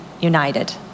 united